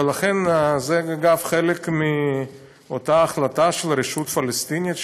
ולכן זה אגב חלק מאותה החלטה של הרשות הפלסטינית,